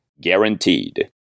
Guaranteed